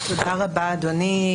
תודה רבה, אדוני.